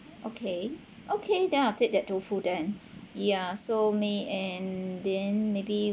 okay okay then I'll take that tofu then ya so may~ and then maybe